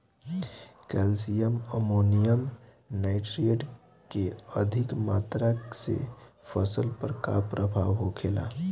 Calcium ammonium nitrate के अधिक मात्रा से फसल पर का प्रभाव होखेला?